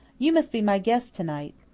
you must be my guest to-night.